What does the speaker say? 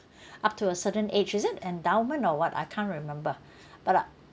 up to a certain age is it endowment or what I can't remember but uh